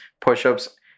push-ups